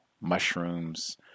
mushrooms